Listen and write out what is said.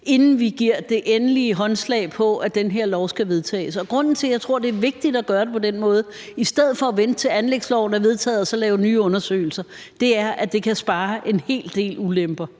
inden vi giver det endelige håndslag på, at det her lovforslag skal vedtages. Grunden til, jeg tror det er vigtigt at gøre det på den måde i stedet for at vente, til anlægsloven er vedtaget, og så lave nye undersøgelser, er, at det kan spare os for en hel del ulemper.